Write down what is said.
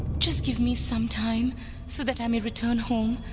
just give me some time so that i may return home,